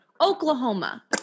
Oklahoma